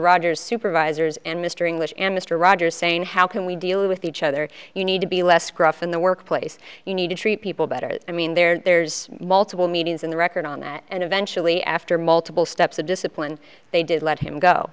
rogers supervisors and mr english and mr rogers saying how can we deal with each other you need to be less gruff in the workplace you need to treat people better i mean there's multiple meanings in the record on that and eventually after multiple steps of discipline they did let him go